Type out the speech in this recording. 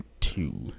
two